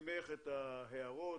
בעיקר בעיה של כספים,